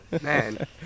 man